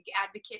advocate